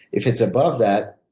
if it's above that,